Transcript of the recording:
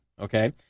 Okay